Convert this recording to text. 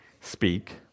speak